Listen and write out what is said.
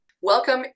Welcome